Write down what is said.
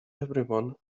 everyone